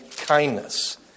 kindness